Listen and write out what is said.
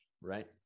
right